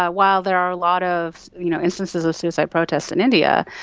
ah while there are a lot of you know instances of suicide protests in india,